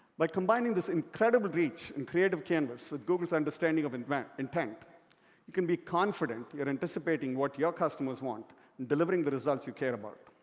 like combining this incredible reach and creative canvas with google's understanding of intent, you can be confident you're anticipating what your customers want and delivering the results you care about.